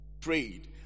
prayed